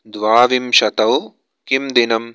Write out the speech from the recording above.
द्वाविंशतौ किं दिनम्